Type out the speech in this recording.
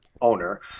owner